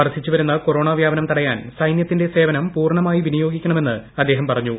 വർദ്ധിച്ചു വരുന്ന കൊറോണ വ്യാപനം തടയാൻ സൈന്യത്തിന്റെ സേവനം പൂർണ്ണമായി വിനിയോഗിക്കണമെന്ന് അദ്ദേഹം പറഞ്ഞു